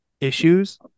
issues